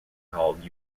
called